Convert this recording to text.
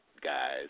guys